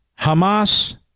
Hamas